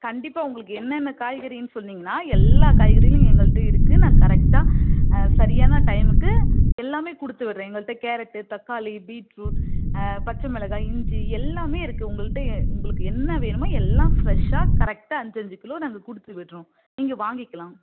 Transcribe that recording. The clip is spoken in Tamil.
கண்டிப்பாக உங்களுக்கு என்னென்ன காய்கறின்னு சொன்னீங்கன்னா எல்லா காய்கறியும் எங்கள்ட்ட இருக்குது நாங்கள் கரெக்டாக சரியான டைமுக்கு எல்லாமே கொடுத்து விடுறேன் எங்கள்ட்ட கேரட்டு தக்காளி பீட்ரூட் பச்சமிளகா இஞ்சி எல்லாமே இருக்குது உங்கள்ட்ட உங்களுக்கு என்ன வேணுமோ எல்லாம் ஃப்ரெஷ்ஷாக கரெக்டாக அஞ்சு அஞ்சு கிலோ நாங்கள் கொடுத்து விடுறோம் நீங்கள் வாங்கிக்கலாம்